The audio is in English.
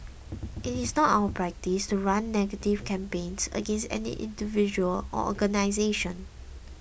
it is not our practice to run negative campaigns against any individual or organisation